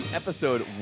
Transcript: episode